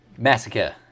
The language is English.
Massacre